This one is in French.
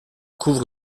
couvre